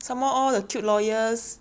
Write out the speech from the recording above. some more all the cute lawyers